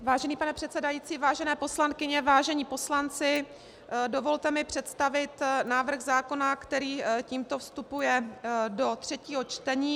Vážený pane předsedající, vážené poslankyně, vážení poslanci, dovolte mi představit návrh zákona, který tímto vstupuje do třetího čtení.